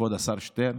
כבוד השר שטרן.